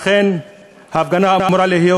לכן ההפגנה אמורה להיות.